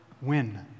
win